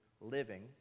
living